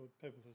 people